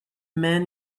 man